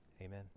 Amen